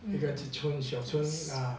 一个村小村啊